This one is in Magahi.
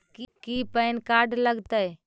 की पैन कार्ड लग तै?